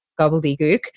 gobbledygook